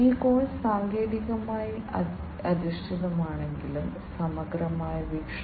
സെൻസിംഗും ആക്ച്വേഷനും വളരെ പ്രധാനമാണ് തുടർന്ന് കണക്റ്റിവിറ്റി ആശയവിനിമയം അനലിറ്റിക്സ് തുടങ്ങിയ പ്രശ്നങ്ങൾ വരുന്നു